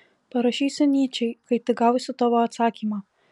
parašysiu nyčei kai tik gausiu tavo atsakymą